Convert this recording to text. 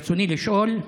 ברצוני לשאול: